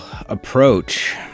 approach